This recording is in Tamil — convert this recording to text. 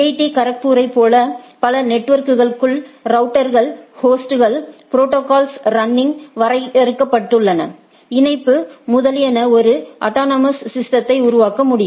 டி கரக்பூரைப் போல பல நெட்வொர்க் க்குகள் ரவுட்டர்கள் ஹோஸ்ட்கள் ப்ரோடோகால்ஸ் ரன்னிங் வரையறுக்கப்பட்டுள்ள இணைப்பு முதலியன ஒரு ஆடோனோமோஸ் சிஸ்டதை உருவாக்க முடியும்